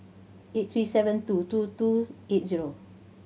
eight three seven two two two eight zero